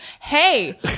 hey